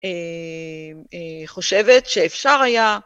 חושבת שאפשר היה.